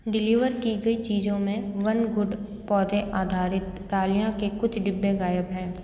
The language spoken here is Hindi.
डिलीवर की गई चीज़ों में वन गुड पौधे आधारित डालियों के कुछ डिब्बे गायब हैं